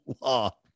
law